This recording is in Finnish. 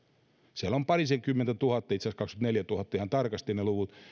siellä on parisenkymmentätuhatta itse asiassa kahdenkymmenenneljäntuhannen ihan tarkasti